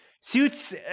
Suits